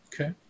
Okay